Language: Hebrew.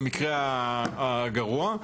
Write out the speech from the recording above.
במקרה הגרוע,